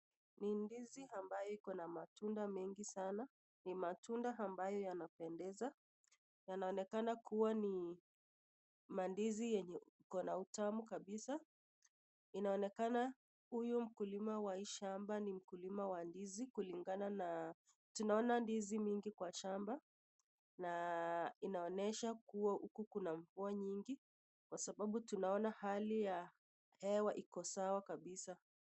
Ni ndizi ambayo iko na matunda mengi sana, ni matunda ambayo yanapendeza. Yanaonekana kuwa ni mandizi yenye iko na utamu kabisa. Inaonekana huyu mkulima wa hii shamba ni mkulima wa ndizi kulingana na tunaona ndizi mingi kwa shamba na inaonesha kuwa huku kuna mvua nyingi kwa sababu tunaona hali ya hewa iko sawa kabisa.